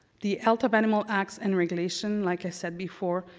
the health of animal acts and regulation, like i said before,